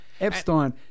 Epstein